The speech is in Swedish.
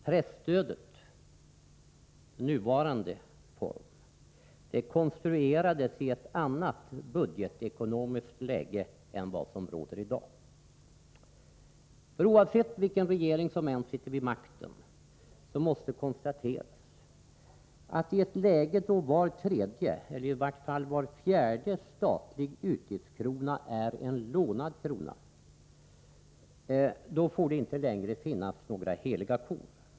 Presstödet i sin nuvarande form konstruerades i ett annat budgetekonomiskt läge än vad som råder i dag. Oavsett vilken regering som än sitter vid makten så måste konstateras att i ett läge då var tredje — eller i vart fall fjärde — statlig utgiftskrona är en lånad krona, då får det inte längre finnas några heliga kor.